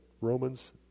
Romans